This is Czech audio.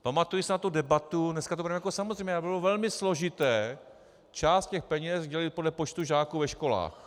Pamatuji si na tu debatu, dneska to bereme jako samozřejmé bylo velmi složité část těch peněz dělit podle počtu žáků ve školách.